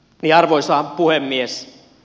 arvoisa puhemies